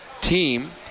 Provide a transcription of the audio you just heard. team